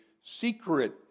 secret